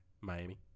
Miami